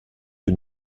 une